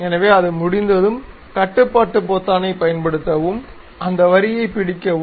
எனவே அது முடிந்ததும் கட்டுப்பாட்டு பொத்தானைப் பயன்படுத்தவும் அந்த வரியைப் பிடிக்கவும்